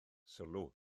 sylw